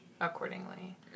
accordingly